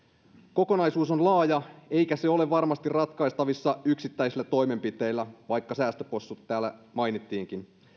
kokonaisuus on laaja eikä se ole varmasti ratkaistavissa yksittäisillä toimenpiteillä vaikka säästöpossut täällä mainittiinkin